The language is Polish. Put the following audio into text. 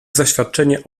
zaświadczenie